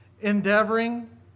Endeavoring